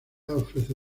ofrece